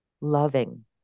loving